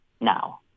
now